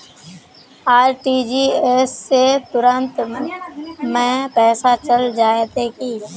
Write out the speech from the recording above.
RTGS से तुरंत में पैसा चल जयते की?